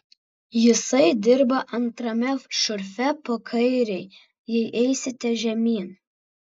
jisai dirba antrame šurfe po kairei jei eisite žemyn